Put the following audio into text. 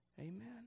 Amen